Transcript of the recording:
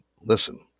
listen